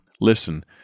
Listen